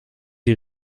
die